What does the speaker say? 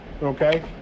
Okay